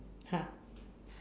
!huh!